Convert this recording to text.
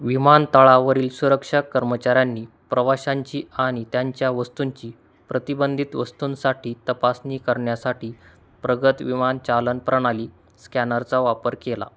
विमानतळावरील सुरक्षा कर्मचऱ्यांनी प्रवाशांची आणि त्यांच्या वस्तूंची प्रतिबंधित वस्तूंसाठी तपासणी करण्यासाठी प्रगत विमानचालन प्रणाली स्कॅनरचा वापर केला